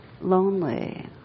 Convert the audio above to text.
lonely